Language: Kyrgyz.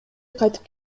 кайтып